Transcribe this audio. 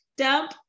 Dump